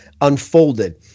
unfolded